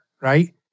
right